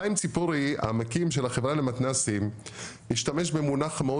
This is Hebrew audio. חיים ציפורי המקים של החברה למתנ"סים השתמש במונח מאוד